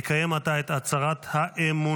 נקיים עתה את הצהרת האמונים.